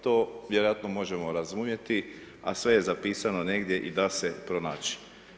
To vjerojatno možemo razumjeti a sve je zapisano negdje i da se pronaći.